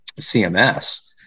CMS